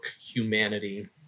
humanity